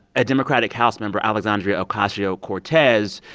a democratic house member, alexandria ocasio-cortez,